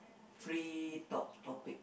free talk topic